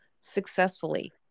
successfully